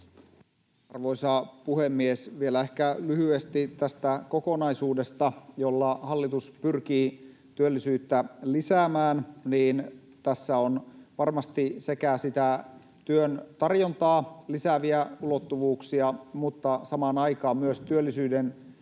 Arvoisa puhemies! Vielä ehkä lyhyesti tästä kokonaisuudesta, jolla hallitus pyrkii työllisyyttä lisäämään. Tässä on varmasti sekä työn tarjontaa lisääviä ulottuvuuksia että samaan aikaan myös työllisyyden ja